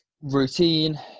routine